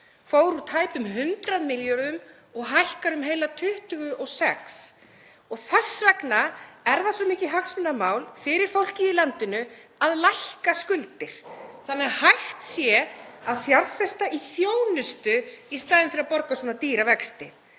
úr tæpum 100 milljörðum og hækkar um heilar 26 milljarða. Þess vegna er það svo mikið hagsmunamál fyrir fólkið í landinu að lækka skuldir þannig að hægt sé að fjárfesta í þjónustu í staðinn fyrir að borga svona dýra vexti.